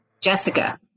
Jessica